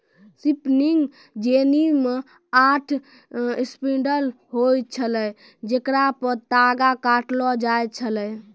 spinning jenny मे आठ spindle होय छलै जेकरा पे तागा काटलो जाय छलै